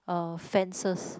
uh fences